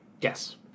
Yes